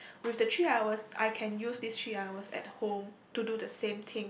with the three hours I can use this three hours at home to do the same thing